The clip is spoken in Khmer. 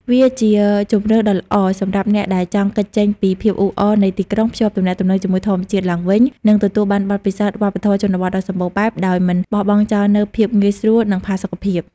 វាជាជម្រើសដ៏ល្អសម្រាប់អ្នកដែលចង់គេចចេញពីភាពអ៊ូអរនៃទីក្រុង ភ្ជាប់ទំនាក់ទំនងជាមួយធម្មជាតិឡើងវិញ និងទទួលបានបទពិសោធន៍វប្បធម៌ជនបទដ៏សម្បូរបែប ដោយមិនបោះបង់ចោលនូវភាពងាយស្រួល និងផាសុកភាព។